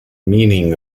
meaning